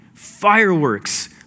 Fireworks